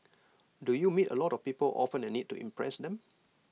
do you meet A lot of people often and need to impress them